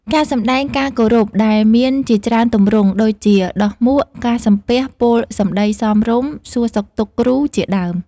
ការសម្តែងការគោរពដែលមានជាច្រើនទម្រង់ ដូចជាដោះមួក ការសំពះ ពោលសម្តីសមរម្យ សួរសុខទុក្ខគ្រូ ជាដើម។